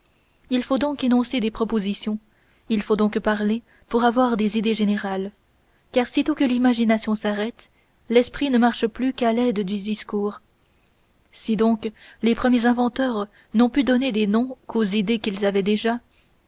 il faut donc énoncer des propositions il faut donc parler pour avoir des idées générales car sitôt que l'imagination s'arrête l'esprit ne marche plus qu'à l'aide du discours si donc les premiers inventeurs n'ont pu donner des noms qu'aux idées qu'ils avaient déjà